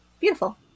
Beautiful